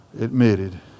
admitted